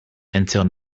until